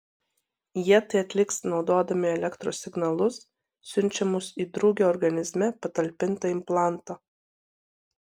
jie tai atliks naudodami elektros signalus siunčiamus į drugio organizme patalpintą implantą